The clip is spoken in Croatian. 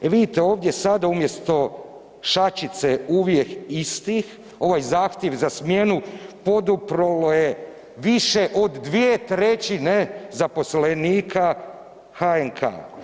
Vidite, ovdje sada umjesto šačice uvijek istih ovaj zahtjev za smjenu poduprlo je više od 2/3 zaposlenika HNK.